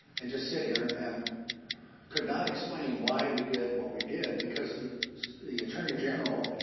and just sit here, and could not explain why we did what we did because the the attorney general,